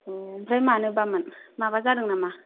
अ' ओमफ्राय मानोबा मोन माबा जादों नामा